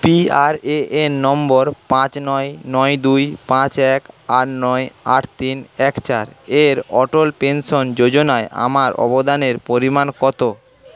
PRAN নম্বর পাঁচ নয় নয় দুই পাঁচ এক আট নয় আট তিন এক চার এর অটল পেনশন যোজনায় আমার অবদানের পরিমাণ কত